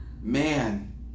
Man